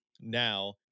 Now